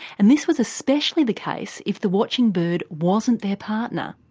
and this was especially the case if the watching bird wasn't their partner.